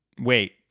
Wait